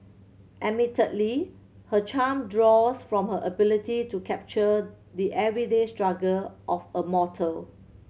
admittedly her charm draws from her ability to capture the everyday struggle of a mortal